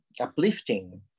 uplifting